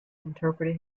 interpreted